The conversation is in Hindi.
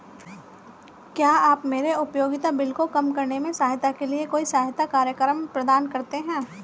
क्या आप मेरे उपयोगिता बिल को कम करने में सहायता के लिए कोई सहायता कार्यक्रम प्रदान करते हैं?